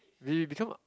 when you become a